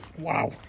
wow